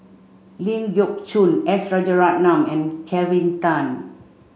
Ling Geok Choon S Rajaratnam and Kelvin Tan